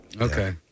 Okay